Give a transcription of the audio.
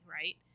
right